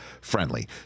friendly